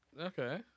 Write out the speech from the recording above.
Okay